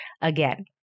again